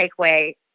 takeaway